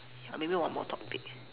uh maybe one more topic